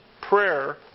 prayer